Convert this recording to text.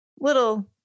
little